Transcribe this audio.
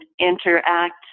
interact